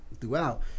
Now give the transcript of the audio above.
throughout